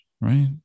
right